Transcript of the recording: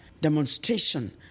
demonstration